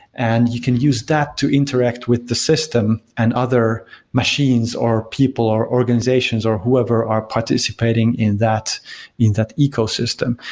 and you can use that to interact with the system and other machines, or people, or organizations, or whoever are participating in that in that ecosystem.